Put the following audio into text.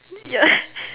ya